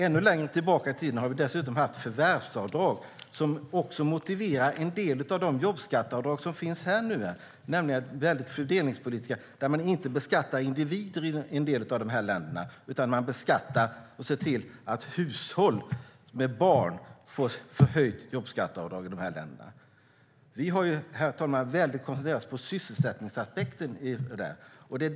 Ännu längre tillbaka i tiden har vi dessutom haft förvärvsavdrag, som också motiverar en del av de jobbskatteavdrag som finns nu. Det handlar om fördelningspolitiska åtgärder, där man i en del av länderna inte beskattar individerna. Man beskattar så att man ser till att hushåll med barn får förhöjt jobbskatteavdrag i de här länderna. Vi har, herr talman, i hög grad koncentrerat oss på sysselsättningsaspekten.